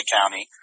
County